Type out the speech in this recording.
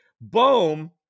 boom